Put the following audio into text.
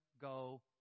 go